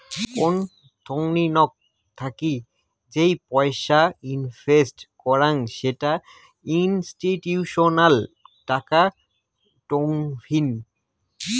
কোন থোংনি নক থাকি যেই পয়সা ইনভেস্ট করং সেটা ইনস্টিটিউশনাল টাকা টঙ্নি